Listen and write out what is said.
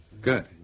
Good